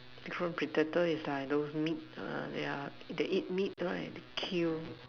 different predator is like those meat uh yeah they eat meat right they kill